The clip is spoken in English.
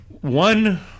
One